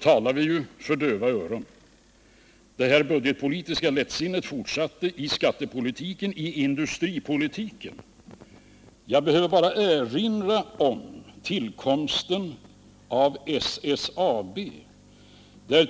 talade vi för döva öron. Det budgetpolitiska lättsinnet fortsatte i skattepolitiken och industripolitiken. Jag behöver bara erinra om tillkomsten av SSAB.